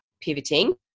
pivoting